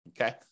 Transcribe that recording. Okay